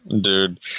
dude